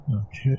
Okay